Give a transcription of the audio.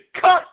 cut